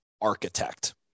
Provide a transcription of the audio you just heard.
architect